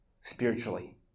spiritually